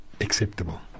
acceptable